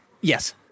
Yes